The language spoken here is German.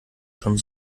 schon